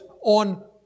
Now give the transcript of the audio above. on